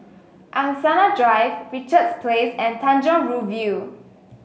Angsana Drive Richards Place and Tanjong Rhu View